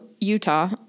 Utah